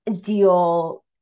deal